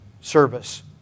service